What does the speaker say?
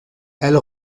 elle